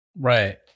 Right